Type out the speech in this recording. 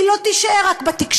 היא לא תישאר רק בתקשורת,